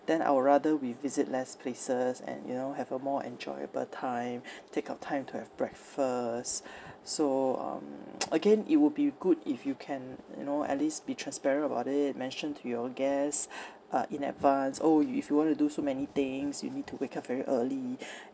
then I would rather we visit less places and you know have a more enjoyable time take our time to have breakfast so um again it will be good if you can you know at least be transparent about it mention to your guest uh in advance orh you if you want to do so many things you need to wake up very early